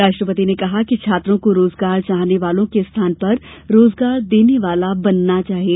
राष्ट्रपति ने कहा कि छात्रों को रोजगार चाहने वाले के स्थान पर रोजगार देने वाला बनना चाहिए